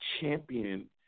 champion